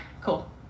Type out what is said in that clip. cool